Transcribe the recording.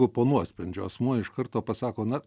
o po nuosprendžio asmuo iš karto pasako na